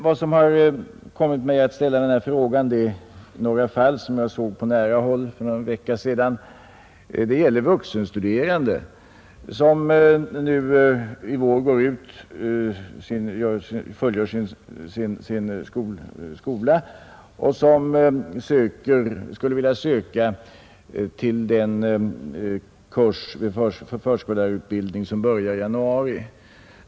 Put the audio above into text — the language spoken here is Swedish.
Vad som föranlett mig att ställa denna fråga är några fall som jag såg på nära håll för någon vecka sedan. Det gällde vuxenstuderande som i vår blir klara med sin skola och som skulle vilja söka till den kurs för 36 utbildning till förskollärare som börjar i januari.